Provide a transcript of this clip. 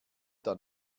dann